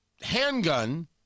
handgun